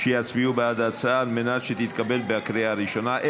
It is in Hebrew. שיצביעו בעד ההצעה על מנת שהיא תתקבל בקריאה הראשונה,